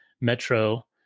Metro